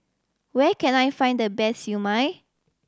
where can I find the best Siew Mai